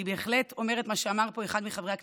אני בהחלט אומרת מה שאמר פה אחד מחברי הכנסת,